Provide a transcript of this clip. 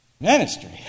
ministry